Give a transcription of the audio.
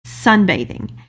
sunbathing